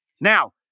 Now